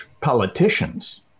politicians